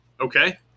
Okay